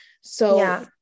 So-